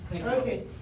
Okay